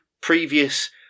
previous